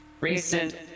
Recent